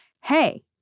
hey